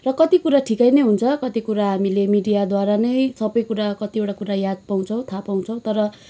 र कति कुरा ठिकै पनि हुन्छ कति कुरा हामीले मिडियाद्वारा नै सबै कुरा कतिवटा कुरा याद पाउँछौँ थाहा पाउँछौँ तर